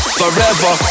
forever